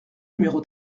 numéro